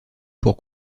pour